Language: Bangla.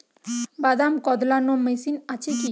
বাদাম কদলানো মেশিন আছেকি?